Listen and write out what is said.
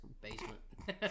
basement